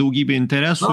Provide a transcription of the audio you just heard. daugybė interesų